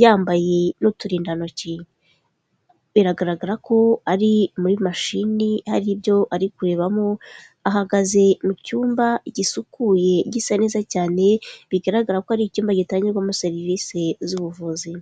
yambaye n'uturindantoki, biragaragara ko ari muri mashini hari ibyo ari kurebamo, ahagaze mu cyumba gisukuye gisa neza cyane bigaragara ko ari icyumba gitangirwamo serivisi z'ubuvuzi.